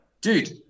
Dude